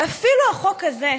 ואפילו החוק הזה,